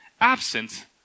absent